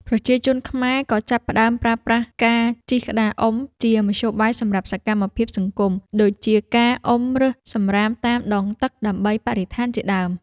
ប្រជាជនខ្មែរក៏ចាប់ផ្តើមប្រើប្រាស់ការជិះក្តារអុំ ជាមធ្យោបាយសម្រាប់សកម្មភាពសង្គម ដូចជាការអុំរើសសំរាមតាមដងទឹកដើម្បីបរិស្ថានជាដើម។